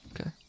Okay